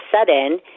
sudden